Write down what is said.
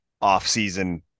off-season